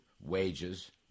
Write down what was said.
wages